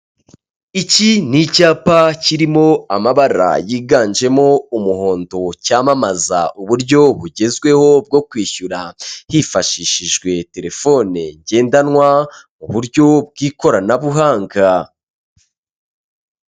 Iki ni icyapa kirimo amabara yiganjemo umuhondo cyamamaza uburyo bugezweho bwo kwishyura hifashishijwe terefone ngendanwa mu buryo bw'ikoranabuhanga.